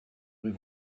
rues